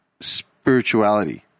spirituality